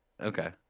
Okay